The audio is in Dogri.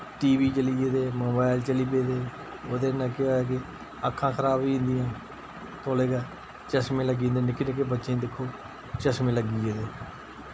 टीवी चली गेदे मोबाइल चली पेदे ओह्दे कन्नै केह् होया कि अक्खां खराब होई जंदियां तौले गै चश्मे लग्गी जन्दे निक्के निक्के बच्चें दिक्खो चश्मे लग्गी गेदे